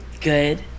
Good